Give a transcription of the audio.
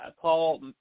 Paul